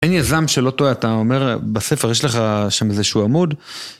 אין יזם שלא טועה, אתה אומר, בספר יש לך שם איזשהו עמוד.